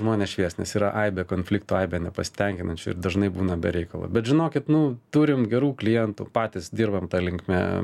žmones šviest nes yra aibė konfliktų aibė nepasitenkinančių ir dažnai būna be reikalo bet žinokit nu turim gerų klientų patys dirbam ta linkme